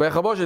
ויחבוש,